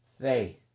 faith